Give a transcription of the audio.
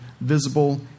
visible